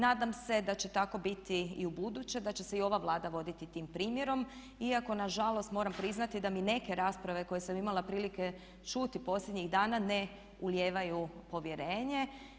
Nadam se da će tako biti i ubuduće, da će se i ova Vlada voditi tim primjerom iako nažalost moram priznati da mi neke rasprave koje sam imala prilike čuti posljednjih dana ne ulijevaju povjerenje.